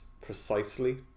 precisely